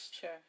Sure